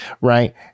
right